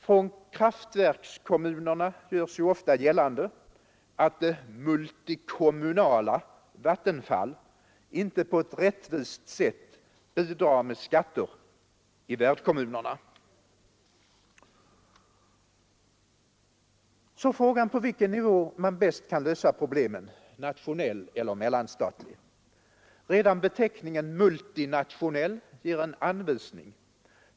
Från kraftverksk ommunerna görs ofta gällande att det multikommunala Vattenfall inte på ett rättvist sätt bidrar med skatter i värdkommunerna. Så frågan på vilken nivå man bäst kan lösa problemen, nationell eller mellanstatlig. Redan beteckningen ”multinationell” ger en anvisning.